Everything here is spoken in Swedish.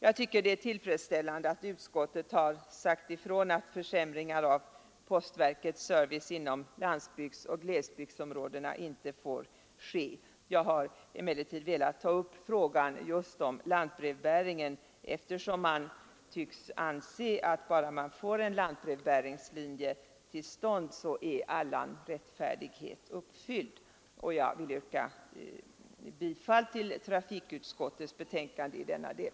Jag tycker det är tillfredsställande att utskottet har sagt ifrån att försämringar av postverkets service inom landsbygdsoch glesbygdsområdena inte får ske. Men jag har velat ta upp frågan just om lantbrevbäringen, eftersom man tycks anse att bara man får en lantbrevbäringslinje till stånd är allan rättfärdighet uppfylld. Jag yrkar bifall till trafikutskottets hemställan i denna del.